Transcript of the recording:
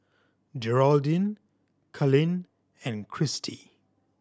Jeraldine Kalen and Kristi